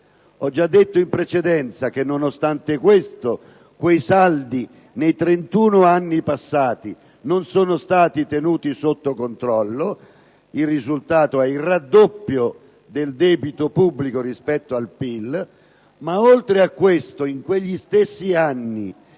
ho già detto in precedenza, nonostante questo, quei saldi, nei trentuno anni passati, non sono stati tenuti sotto controllo, ed il risultato è il raddoppio del debito pubblico rispetto al PIL. Oltre a questo, in quegli stessi anni